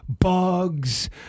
bugs